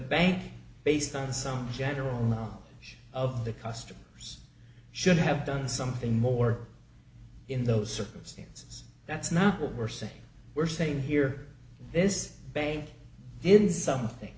bank based on some general know of the customers should have done something more in those circumstances that's not what we're saying we're saying here this bank is something